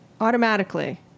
automatically